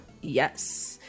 Yes